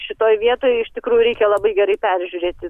šitoj vietoj iš tikrųjų reikia labai gerai peržiūrėti